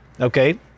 okay